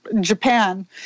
Japan